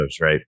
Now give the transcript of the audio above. right